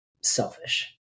selfish